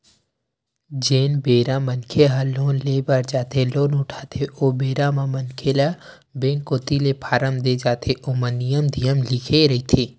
जेन बेरा मनखे ह लोन ले बर जाथे लोन उठाथे ओ बेरा म मनखे ल बेंक कोती ले फारम देय जाथे ओमा नियम धियम लिखाए रहिथे